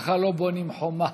ככה לא בונים חומה.